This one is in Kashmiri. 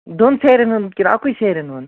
دۅن سیرٮ۪ن ہُنٛد کِنہٕ اَکُے سیرٮ۪ن ہُنٛد